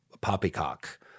poppycock